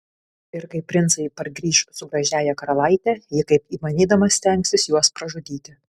ir kai princai pargrįš su gražiąja karalaite ji kaip įmanydama stengsis juos pražudyti